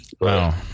Wow